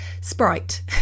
Sprite